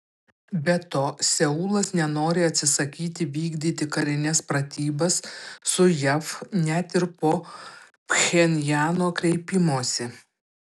be to seulas nenori atsisakyti vykdyti karines pratybas su jav net ir po pchenjano kreipimosi